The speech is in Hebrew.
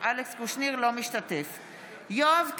בהצבעה יואב קיש,